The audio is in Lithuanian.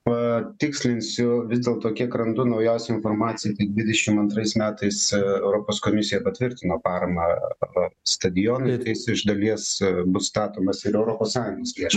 ptikslinsiu vis dėlto kiek randu naujos informacijos dvidešimt antrais metais europos komisija patvirtino paramą stadionui tai jis iš dalies bus statomasir europos sąjungos lėšom